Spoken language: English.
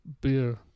beer